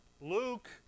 Luke